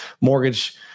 mortgage